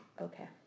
Okay